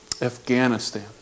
Afghanistan